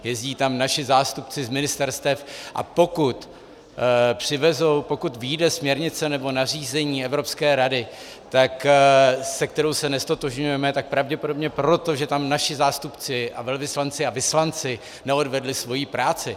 Jezdí tam naši zástupci z ministerstev, a pokud přivezou, pokud vyjde směrnice nebo nařízení Evropské rady, se kterou se neztotožňujeme, tak pravděpodobně proto, že tam naši zástupci a velvyslanci a vyslanci neodvedli svoji práci.